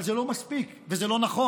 אבל זה לא מספיק וזה לא נכון